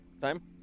time